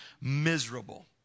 miserable